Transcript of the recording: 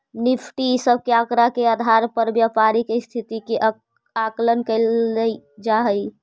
Nifty इ सब के आकड़ा के आधार पर व्यापारी के स्थिति के आकलन कैइल जा हई